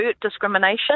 discrimination